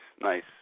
nice